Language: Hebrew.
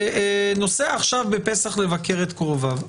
בפסח נוסע לבקר את קרוביו,